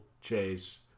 chase